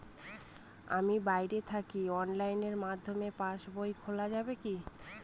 আমি বাইরে থাকি অনলাইনের মাধ্যমে পাস বই খোলা যাবে কি?